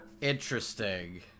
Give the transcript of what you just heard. Interesting